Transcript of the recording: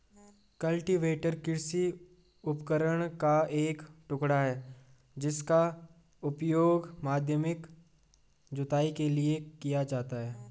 cultivator कृषि उपकरण का एक टुकड़ा है जिसका उपयोग माध्यमिक जुताई के लिए किया जाता है